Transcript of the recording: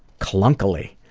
clunkily.